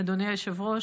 אדוני היושב-ראש,